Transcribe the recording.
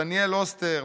דניאל אוסטר,